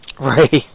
Right